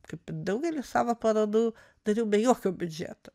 kaip daugelį savo parodų dariau be jokio biudžeto